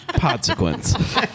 consequence